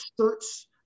shirts